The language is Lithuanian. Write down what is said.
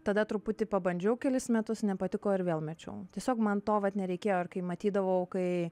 tada truputį pabandžiau kelis metus nepatiko ir vėl mečiau tiesiog man to vat nereikėjo ir kai matydavau kai